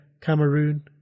Cameroon